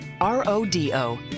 R-O-D-O